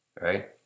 right